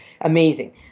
Amazing